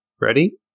Ready